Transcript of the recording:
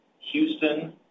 Houston